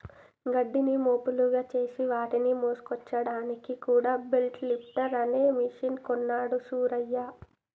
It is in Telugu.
గడ్డిని మోపులుగా చేసి వాటిని మోసుకొచ్చాడానికి కూడా బెల్ లిఫ్టర్ అనే మెషిన్ కొన్నాడు సూరయ్య